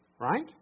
Right